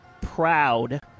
proud